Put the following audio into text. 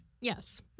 Yes